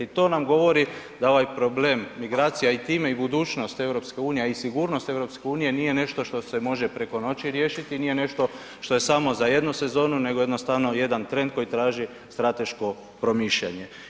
To nam govori da ovaj problem migracija i time i budućnost EU i sigurnost EU nije nešto što se može preko noći riješiti nije nešto što je samo za jednu sezonu nego jednostavno jedan trend koji traži strateško promišljanje.